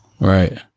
Right